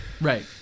right